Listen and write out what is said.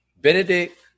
Benedict